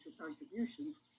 contributions